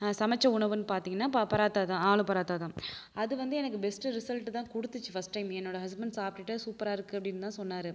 சமைச்ச உணவுன்னு பார்த்தீங்கன்னா ப பராத்தா தான் ஆலு பராத்தா தான் அது வந்து எனக்கு பெஸ்ட்டு ரிசல்ட்டு தான் கொடுத்துச்சு ஃபர்ஸ்ட் டைம் என்னோட ஹஸ்பண்ட் சாப்பிட்டுட்டு அது சூப்பராக இருக்கு அப்படின்னு தான் சொன்னார்